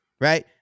right